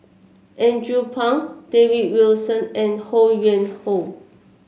Andrew Phang David Wilson and Ho Yuen Hoe